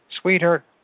sweetheart